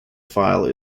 file